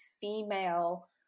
female